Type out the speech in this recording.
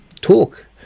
talk